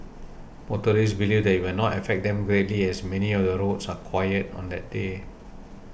motorists believe it will not affect them greatly as many of the roads are quiet on that day